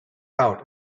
out